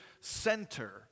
center